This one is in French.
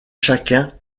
chacun